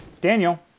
Daniel